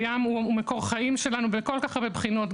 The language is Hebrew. הים הוא מקום חיים שלנו בכל כך הרבה בחינות,